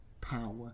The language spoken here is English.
power